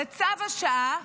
זה צו השעה,